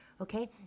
Okay